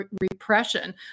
repression